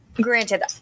Granted